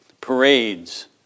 parades